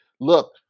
look